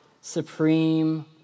supreme